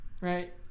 Right